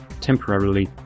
temporarily